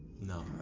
No